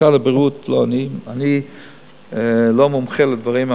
משרד הבריאות, לא אני, אני לא מומחה לדברים.